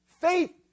Faith